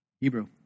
Hebrew